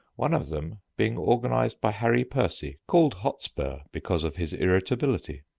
one of them being organized by harry percy, called hotspur because of his irritability.